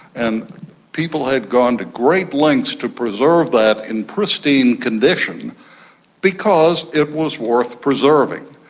and people had gone to great lengths to preserve that in pristine condition because it was worth preserving.